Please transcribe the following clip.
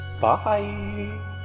Bye